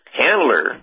handler